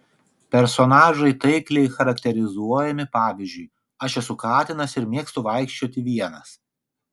personažai taikliai charakterizuojami pavyzdžiui aš esu katinas ir mėgstu vaikščioti vienas